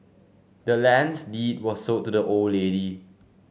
the land's deed was sold to the old lady